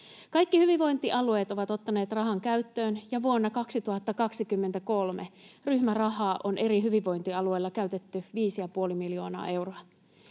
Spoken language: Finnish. Kaikki hyvinvointialueet ovat ottaneet rahan käyttöön, ja vuonna 2023 ryhmärahaa on eri hyvinvointialueilla käytetty 5 ja puoli miljoonaa euroa.